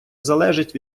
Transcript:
залежить